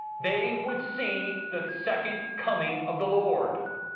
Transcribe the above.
they would see the second coming of the lord.